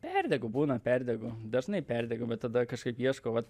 perdegu būna perdegu dažnai perdegu bet tada kažkaip ieškau vat